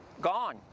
gone